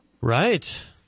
Right